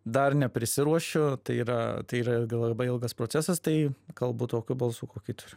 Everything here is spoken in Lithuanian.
dar neprisiruošiu tai yra tai yra labai ilgas procesas tai kalbu tokiu balsu kokį turiu